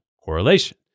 correlation